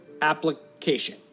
application